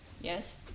Yes